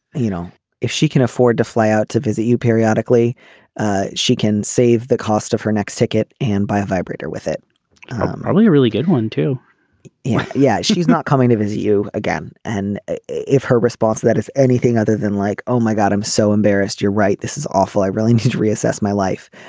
you know if she can afford to fly out to visit you periodically ah she can save the cost of her next ticket and buy a vibrator with it probably a really good one too yeah. yeah she's not coming to visit you again. and if her response to that is anything other than like oh my god i'm so embarrassed. you're right this is awful i really need to reassess my life.